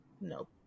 No